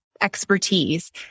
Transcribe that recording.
expertise